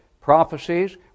prophecies